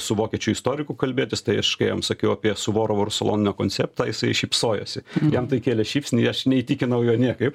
su vokiečių istoriku kalbėtis tai aš kai jam sakiau apie suvorovo ir solonino konceptą jisai šypsojosi jam tai kėlė šypsnį aš neįtikinau jo niekaip